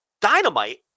Dynamite